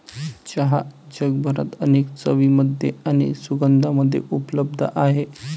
चहा जगभरात अनेक चवींमध्ये आणि सुगंधांमध्ये उपलब्ध आहे